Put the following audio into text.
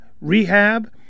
Rehab